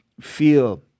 feel